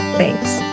Thanks